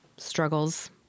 Struggles